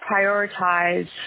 prioritize